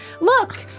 Look